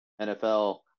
nfl